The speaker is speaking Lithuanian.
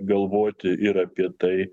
galvoti ir apie tai